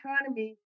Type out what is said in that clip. economy